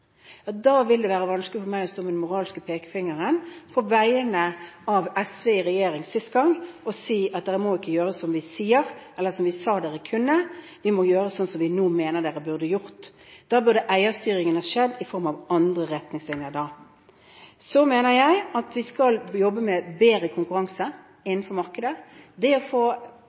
vil det være vanskelig for meg å stå med den moralske pekefingeren – på vegne av SV i regjering – og si at dere må ikke gjøre som vi sier, eller som vi sa dere kunne, dere må gjøre sånn som vi nå mener dere burde gjort. Da burde eierstyringen ha skjedd i form av andre retningslinjer. Så mener jeg vi skal jobbe med bedre konkurranse i markedet. Det å få